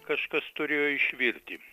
kažkas turėjo išvirti